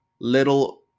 little